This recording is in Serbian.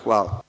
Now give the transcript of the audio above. Hvala.